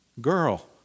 girl